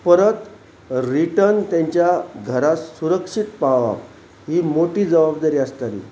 परत रिटर्न तेंच्या घरा सुरक्षीत पावप ही मोठी जवाबदारी आसताली